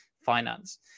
Finance